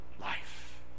life